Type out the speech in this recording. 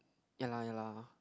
ya lor ya lor